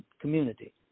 community